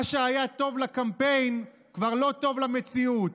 מה שהיה טוב לקמפיין כבר לא טוב למציאות.